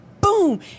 boom